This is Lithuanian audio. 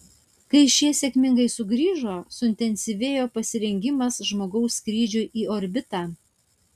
kai šie sėkmingai sugrįžo suintensyvėjo pasirengimas žmogaus skrydžiui į orbitą